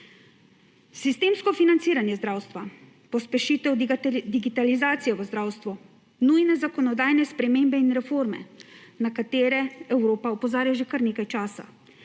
Sistemsko financiranje zdravstva, pospešitev digitalizacije v zdravstvu, nujne zakonodajne spremembe in reforme, na katere Evropa opozarja že kar nekaj časa,